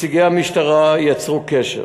נציגי המשטרה יצרו קשר